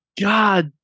God